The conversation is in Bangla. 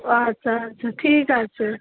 ও আচ্ছা আচ্ছা ঠিক আছে